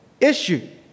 issue